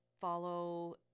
follow